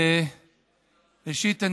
ראשית,